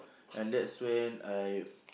and that's when I